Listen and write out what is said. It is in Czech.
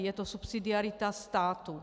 Je to subsidiarita státu.